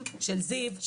של זיו,